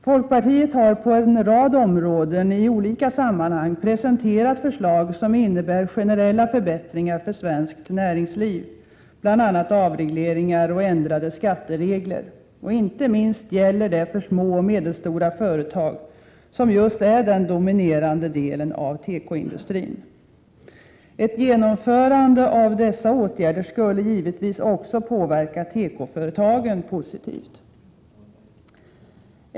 Folkpartiet har i olika sammanhang på en rad områden presenterat förslag som innebär generella förbättringar för svenskt näringsliv, bl.a. förslag som gäller avregleringar och ändrade skatteregler. Inte minst gäller detta för små och medelstora företag, som just är den dominerande delen av tekoindustrin. Ett genomförande av dessa åtgärder skulle givetvis positivt påverka också tekoföretagen.